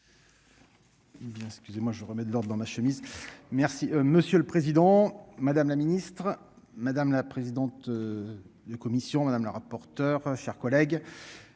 Excusez-moi je remets de l'ordre dans ma chemise. Merci monsieur le président, madame la ministre, madame la présidente. De commission madame la rapporteure, chers collègues.